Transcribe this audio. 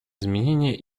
изменение